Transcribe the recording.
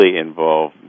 involve